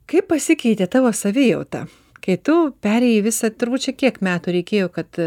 kaip pasikeitė tavo savijauta kai tu perėjai visą turbūt kiek metų reikėjo kad